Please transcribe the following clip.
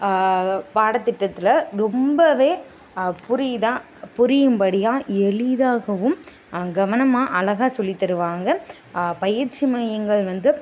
பாடத்திட்டத்தில் ரொம்பவே புரியுதா புரியும்படியாக எளிதாகவும் கவனமாக அழகா சொல்லி தருவாங்க பயிற்சி மையங்கள் வந்து